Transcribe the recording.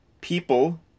people